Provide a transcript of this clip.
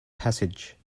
passage